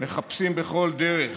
מחפשים בכל דרך